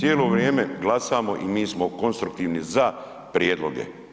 cijelo vrijeme glasamo i mi smo konstruktivni za prijedloge.